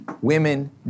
women